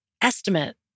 estimate